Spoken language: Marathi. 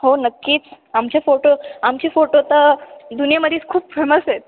हो नक्कीच आमचे फोटो आमचे फोटो तर दुनियामध्येच खूप फेमस आहेत